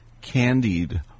candied